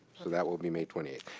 so that will be may twenty eighth.